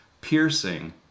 piercing